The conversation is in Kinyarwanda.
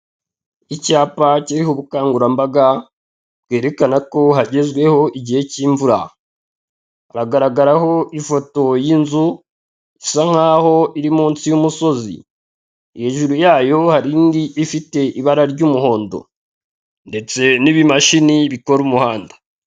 Icyapa kiriho ubukangurambaga bwerekana ko hagezweho igihe cy'imvura. Kuragaragaraho ifoto y'inzu, isa nkaho iri munsi y'umusozi, hejuru yayo hari indi ifite ibara ry'umuhondo, ndetse n'ibimashini bikora umuhanda.